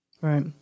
Right